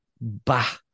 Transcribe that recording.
bah